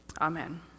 Amen